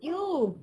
!eww!